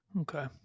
Okay